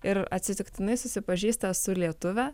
ir atsitiktinai susipažįsta su lietuve